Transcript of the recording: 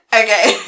okay